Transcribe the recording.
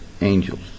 angels